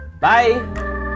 Bye